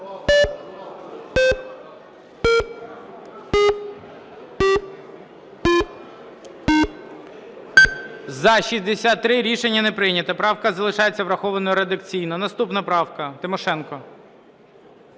За-63 Рішення не прийнято. Правка залишається врахованою редакційно. Наступна правка Тимошенко.